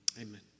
Amen